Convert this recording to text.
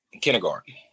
kindergarten